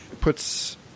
puts